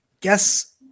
guess